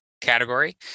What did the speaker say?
category